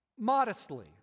Modestly